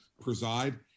preside